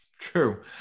true